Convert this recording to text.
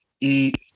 eat